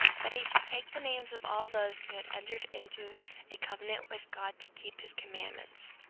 that he should take the names of all those who had entered into a covenant with god to keep his commandments.